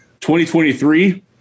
2023